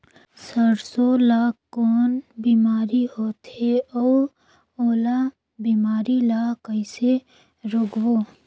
सरसो मा कौन बीमारी होथे अउ ओला बीमारी ला कइसे रोकबो?